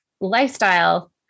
lifestyle